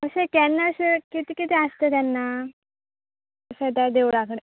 अशें केन्ना शें कितें कितें आसता तेन्ना अशें देवळा कडेन